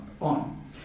on